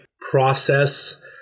process